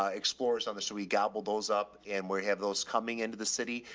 ah explorers on the, so we gobble those up and we're have those coming into the city.